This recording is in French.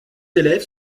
élèves